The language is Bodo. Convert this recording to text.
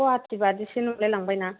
गुवाहाटि बादिसो नुलायलांबाय ना